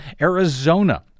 Arizona